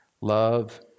Love